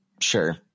Sure